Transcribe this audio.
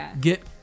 get